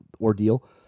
ordeal